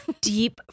deep